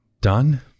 done